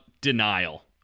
Denial